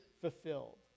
fulfilled